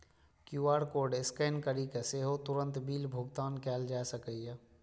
QR code scan करि कें सेहो तुरंत बिल भुगतान कैल जा सकैए